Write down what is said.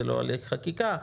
זה לא הליך חקיקה,